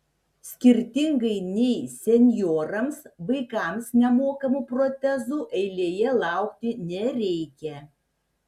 skirtingai nei senjorams vaikams nemokamų protezų eilėje laukti nereikia